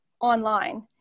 online